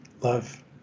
Love